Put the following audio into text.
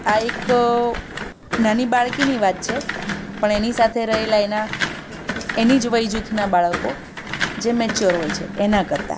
આ એક નાની બાળકીની વાત છે પણ એની સાથે રહેલાં એનાં એની જ વય જૂથનાં બાળકો જે મેચોર હોય છે એના કરતાં